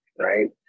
Right